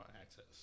access